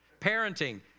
Parenting